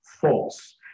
false